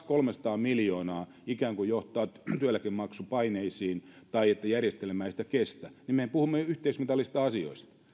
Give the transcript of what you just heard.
kolmesataa miljoonaa ikään kuin johtaa työeläkemaksupaineisiin tai että järjestelmä ei sitä kestä niin mehän emme puhu yhteismitallisista asioista nyt